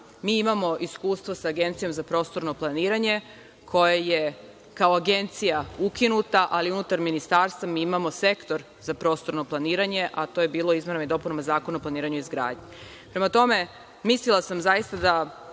iskustva sa Agencijom za prostorno planiranje koja je, kao agencija ukinuta, ali unutar Ministarstva imamo Sektor za prostorno planiranje, a to je bilo izmenama i dopunama Zakona o planiranju i